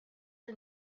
are